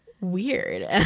weird